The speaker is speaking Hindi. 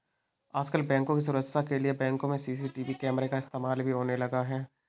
आजकल बैंकों की सुरक्षा के लिए बैंकों में सी.सी.टी.वी कैमरा का इस्तेमाल भी होने लगा है